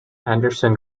anderson